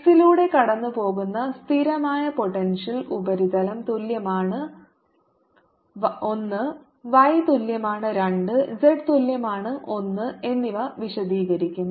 x ലൂടെ കടന്നുപോകുന്ന സ്ഥിരമായ പോട്ടെൻഷ്യൽ ഉപരിതലം തുല്യമാണ് 1 y തുല്യമാണ് 2 z തുല്യമാണ് 1 എന്നിവ വിശദീകരിക്കും